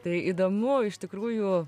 tai įdomu iš tikrųjų